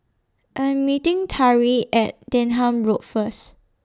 I Am meeting Tari At Denham Road First